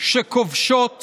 שכובשות